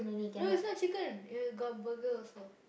no it's not chicken they got burger also